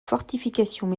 fortifications